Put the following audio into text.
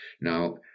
Now